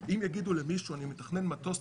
אם יגידו למישהו: אני מתכנן מטוס,